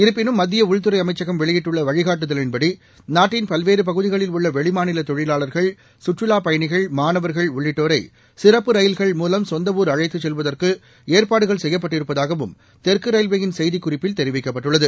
இருப்பினும் மத்திய உள்துறை அமைச்சகம் வெளியிட்டுள்ள வழிகாட்டுதலின்படி நாட்டின் பல்வேறு பகுதிகளில் உள்ள வெளிமாநில தொழிவாளாகள் சுற்றுலாப் பயணிகள் மாணவாகள் உள்ளிட்டோரை சிறப்பு ரயில்கள் மூலம் சொந்த ஊர் அள்ழத்து செல்வதற்கு ஏற்பாடுகள் செய்யப்பட்டிருப்பதாகவும் தெற்கு ரயில்வே செய்திக் குறிப்பில் தெரிவிக்கப்பட்டுள்ளது